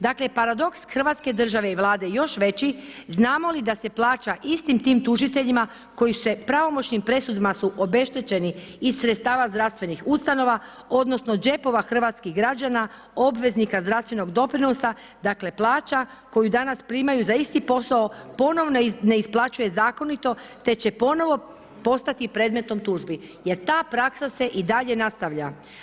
Dakle, paradoks Hrvatske države i Vlade još veći znamo li da se plaća istim tim tužiteljima koji se pravomoćnim presudama su obeštećeni iz sredstava zdravstvenih ustanova, odnosno džepova hrvatskih građana, obveznika zdravstvenog doprinosa, dakle plaća koju danas primaju za isti posao, ponovno ne isplaćuje zakonito te će ponovo postati predmetom tužbi jer ta praksa se i dalje nastavlja.